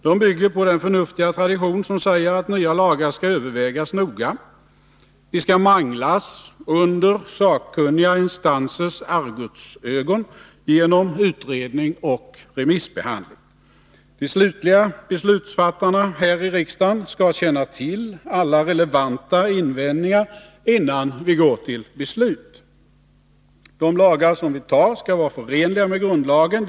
De bygger på den förnuftiga tradition som säger att nya lagar skall övervägas noga. De skall manglas under sakkunniga instansers argusögon, genom utredning och remissbehandling. De slutliga beslutsfattarna här i riksdagen skall känna till alla relevanta invändningar innan beslut fattas. De lagar som vi antar skall vara förenliga med grundlagen.